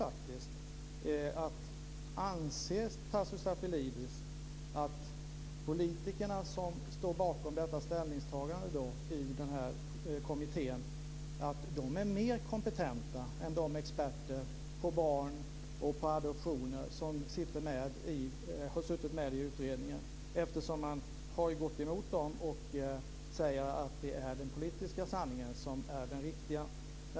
Anser Tasso Stafilidis att de politiker som står bakom ställningstagandet i den här kommittén är mer kompetenta än de experter på barn och adoptioner som har suttit med i utredningen? Man har ju gått emot dem och säger att det är den politiska sanningen som är den riktiga.